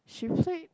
she played